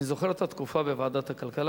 אני זוכר את התקופה בוועדת הכלכלה